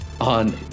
On